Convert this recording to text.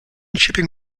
shipping